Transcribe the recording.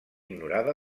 ignorada